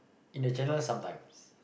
in the channel sometimes